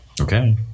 Okay